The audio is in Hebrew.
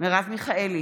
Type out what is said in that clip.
מרב מיכאלי,